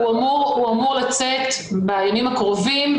הוא אמור לצאת בימים הקרובים,